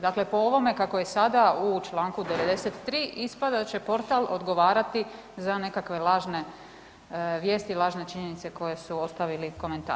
Dakle, po ovome kako je sada u čl. 93.ispada da će portal odgovarati za nekakve lažne vijesti i lažne činjenice koje su ostavili komentatori.